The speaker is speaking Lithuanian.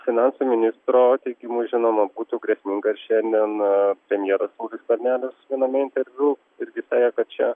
finansų ministro teigimu žinoma būtų grėsminga šiandien premjeras skvernelis viename interviu irgi sakė kad čia